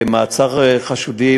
לעצור חשודים,